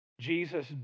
Jesus